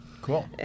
Cool